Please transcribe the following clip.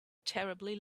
terribly